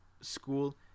school